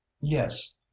Yes